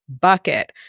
bucket